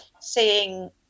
seeing